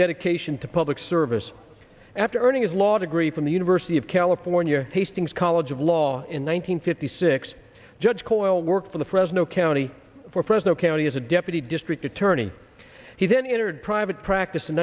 dedication to public service after earning his law degree from the university of california hastings college of law in one nine hundred fifty six judge coyle worked for the fresno county for fresno county as a deputy district attorney he any entered private practice in